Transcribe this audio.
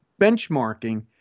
benchmarking